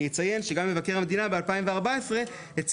אני אציין שגם מבקר המדינה בשנת 2014 הציע